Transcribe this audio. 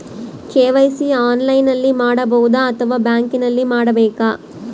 KYC ಆನ್ಲೈನಲ್ಲಿ ಮಾಡಬಹುದಾ ಅಥವಾ ಬ್ಯಾಂಕಿನಲ್ಲಿ ಮಾಡ್ಬೇಕಾ?